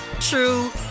true